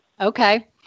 Okay